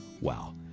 Wow